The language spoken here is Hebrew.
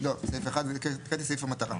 לא, סעיף 1. הקראתי את סעיף המטרה.